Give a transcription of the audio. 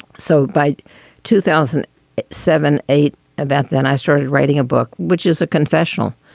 so by two thousand seven, eight and that then i started writing a book, which is a confessional.